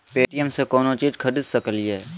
Paytm से कौनो चीज खरीद सकी लिय?